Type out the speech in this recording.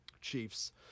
Chiefs